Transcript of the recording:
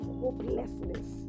hopelessness